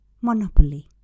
monopoly